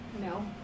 No